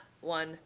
one